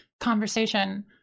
conversation